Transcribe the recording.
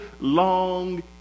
long